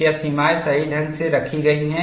क्या सीमाएं सही ढंग से रखी गई हैं